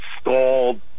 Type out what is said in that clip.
stalled